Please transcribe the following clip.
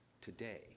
today